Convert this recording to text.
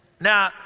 now